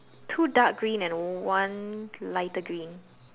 two dark green and one lighter green